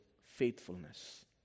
faithfulness